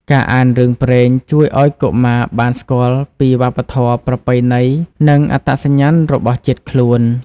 ការអានរឿងព្រេងជួយឲ្យកុមារបានស្គាល់ពី វប្បធម៌ ប្រពៃណី និងអត្តសញ្ញាណ របស់ជាតិខ្លួន។